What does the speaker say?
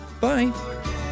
Bye